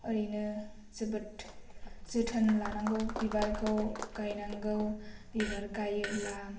ओरैनो जोबोद जोथोन लानांगौ बिबारखौ गायनांगौ बिबार गायोब्ला